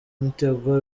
mitego